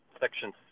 Section